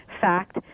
fact